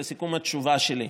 לסיכום התשובה שלי,